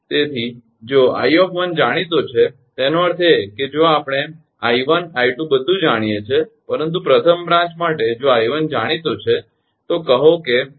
તેથી જો 𝐼 જાણીતો છે તેનો અર્થ એ કે જો આપણે આ 𝐼 𝐼 બધું જાણીએ છીએ પરંતુ પ્રથમ બ્રાંચ માટે જો 𝐼 જાણીતો છે તો કહો કે